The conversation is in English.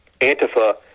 Antifa